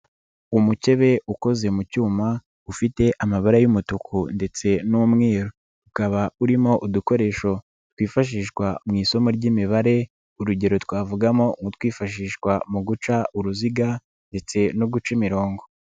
Umukebe ukoze mu cyuma ufite amabara y'umutuku ndetse n'umweru, ukaba urimo udukoresho twifashishwa mu isomo ry'imibare urugero twavugamo nk'utwifashishwa mu guca uruziga ndetse no guca imirongo.